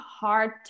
hard